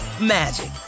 magic